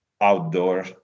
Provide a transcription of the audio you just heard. outdoor